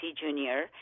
Junior